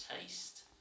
taste